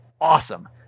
awesome